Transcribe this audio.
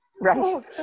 Right